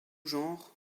genre